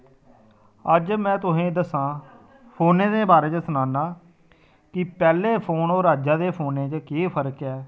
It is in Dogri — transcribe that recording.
अज्ज में तुसेंगी दस्सां फोनै दे बारे च सनानां कि पैह्लें फोन होर अज्जै दे फोनै च केह् फर्क ऐ